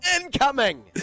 Incoming